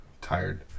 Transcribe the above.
Tired